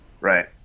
Right